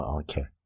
okay